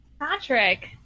Patrick